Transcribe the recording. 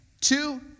Two